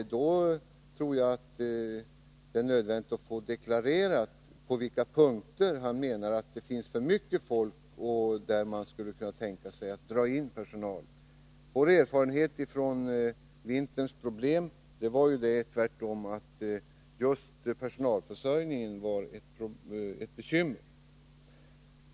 I så fall tror jag att det är nödvändigt att få klart deklarerat var Rolf Clarkson menar att det finns för mycket folk och var man alltså skulle kunna tänka sig att dra in personal. Vår erfarenhet från vinterns problem var ju tvärtom den, att personalförsörjningen var ett bekymmer.